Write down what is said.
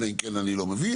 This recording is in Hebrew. אלא אם כן אני לא מבין,